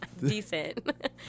decent